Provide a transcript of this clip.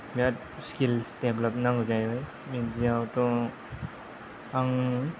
बिराद skills develop नांगौ जाहैबाय बिदियावथ' आं